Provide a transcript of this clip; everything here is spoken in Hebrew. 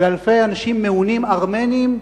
ואלפי אנשים מעונים, ארמנים,